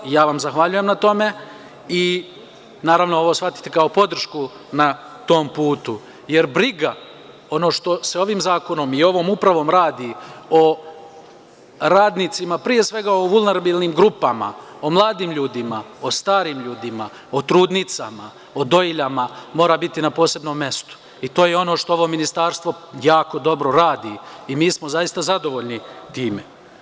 Ja vam zahvaljujem na tome i naravno, ovo shvatite kao podršku na tom putu, jer briga, ono što se ovim zakonom i ovom upravom radi o radnicima, pre svega o vulnerabilnim grupama, o mladim ljudima, o starim ljudima, o trudnicama, o dojiljama, mora biti na posebnom mestu i to je ono što ovo ministarstvo jako dobro radi i mi smo zaista zadovoljni time.